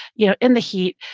you know in the heat,